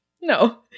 No